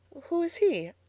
who is he?